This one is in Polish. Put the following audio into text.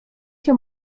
się